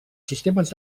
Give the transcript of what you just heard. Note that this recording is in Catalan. sistemes